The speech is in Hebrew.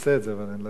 אבל אני לא יודע למה,